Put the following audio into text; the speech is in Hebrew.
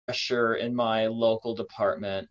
אשר אין מייל לוקל דפארטמנט